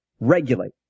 regulate